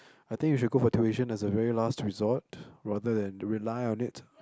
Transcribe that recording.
I think we should go for tuition as a very last resort rather than rely on it